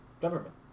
Government